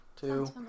two